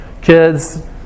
kids